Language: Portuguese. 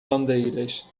bandeiras